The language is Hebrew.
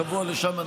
שבוע לשם,